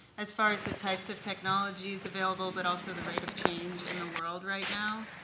as far as the types of technologies available, but also the rate of change in the world right now.